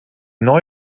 neu